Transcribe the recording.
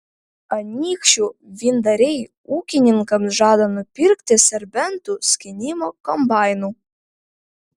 anykščių vyndariai ūkininkams žada nupirkti serbentų skynimo kombainų